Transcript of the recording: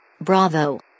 Bravo